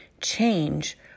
change